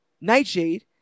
Nightshade